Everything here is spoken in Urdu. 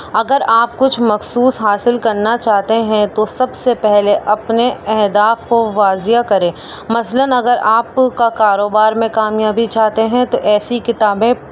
اگر آپ کچھ مخصوص حاصل کرنا چاہتے ہیں تو سب سے پہلے اپنے اہداف کو واضیہ کریں مثلاً اگر آپ کا کاروبار میں کامیابی چاہتے ہیں تو ایسی کتابیں